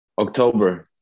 October